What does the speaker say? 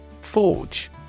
Forge